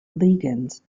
ligands